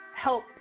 help